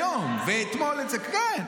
היום, כן.